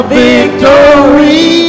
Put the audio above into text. victory